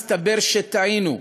מסתבר שטעינו,